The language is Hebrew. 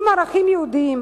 אם ערכים יהודיים,